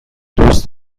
دوست